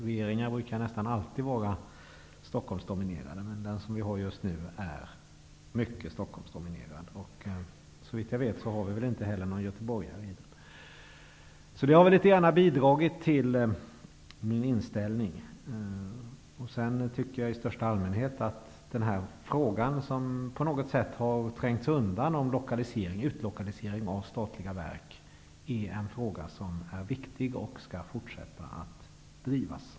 Regeringen brukar nästan alltid vara Stockholmsdominerad, men den nuvarande är det i mycket hög grad. Såvitt jag vet finns det ingen göteborgare i regeringen. Det har bidragit till min inställning. Jag tycker också i största allmänhet att denna fråga, om utlokalisering av statliga verk, som har trängts undan är viktig och att den skall fortsätta att drivas.